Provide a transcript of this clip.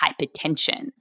hypertension